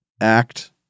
act